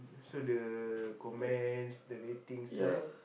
so the comments the ratings right